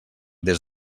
des